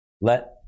Let